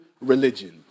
religion